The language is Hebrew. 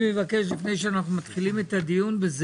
לפני שאנחנו מתחילים את הדיון,